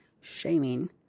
shaming